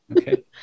Okay